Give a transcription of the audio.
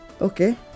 Okay